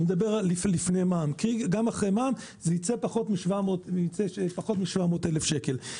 גם אחרי מע"מ זה ייצא פחות מ-700,000 שקל.